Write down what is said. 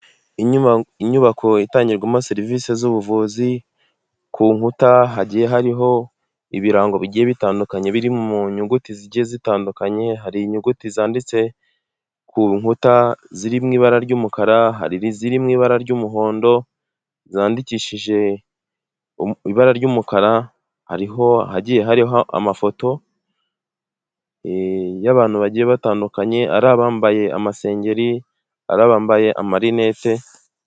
Inyubako itangirwamo serivisi z'ubuvuzi, ku nkuta hagiye hariho ibirango bigiye bitandukanye biri mu nyuguti zigiye zitandukanye. Hari inyuguti zanditse ku nkuta ziri mw’ibara ry'umukara hari niziri mw’ibara ry'umuhondo zandikishije ibara ry'umukara, hariho ahagiye hariho amafoto y'abantu bagiye batandukanye ari abambaye amasengeri, arabambaye amarinette.